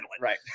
Right